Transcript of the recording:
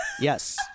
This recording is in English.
Yes